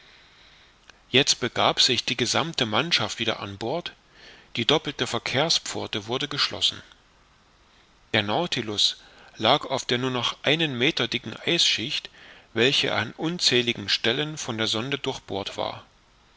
jetzt begab sich die gesammte mannschaft wieder an bord die doppelte verkehrspforte wurde geschlossen der nautilus lag auf der nur noch einen meter dicken eisschicht welche an unzähligen stellen von der sonde durchbohrt war